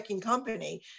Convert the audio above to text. company